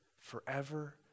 forever